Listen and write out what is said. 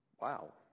Wow